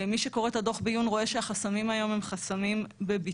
מי שקורא את הדוח בעיון רואה שהחסמים היום הם חסמים בביצוע.